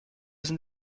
sind